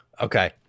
Okay